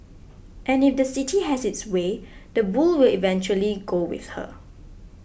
and if the city has its way the bull will eventually go with her